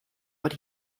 what